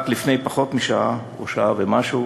רק לפני פחות משעה או שעה ומשהו